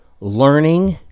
learning